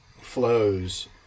flows